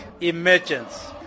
emergence